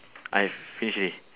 I finish already